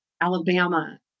Alabama